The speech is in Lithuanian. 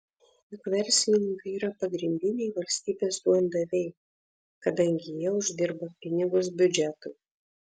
juk verslininkai yra pagrindiniai valstybės duondaviai kadangi jie uždirba pinigus biudžetui